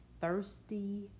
thirsty